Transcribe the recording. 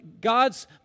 God's